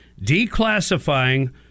declassifying